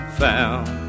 found